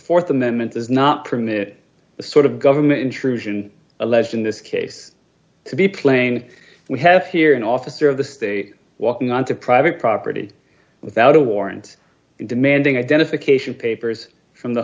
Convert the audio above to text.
the th amendment does not permit the sort of government intrusion alleged in this case to be plain we have here an officer of the state walking on to private property without a warrant and demanding identification papers from the